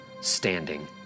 standing